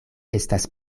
estas